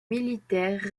militaire